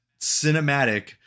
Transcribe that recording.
cinematic